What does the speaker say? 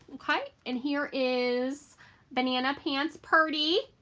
okay and here is banana pants purdy.